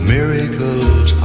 Miracles